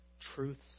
truths